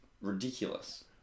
ridiculous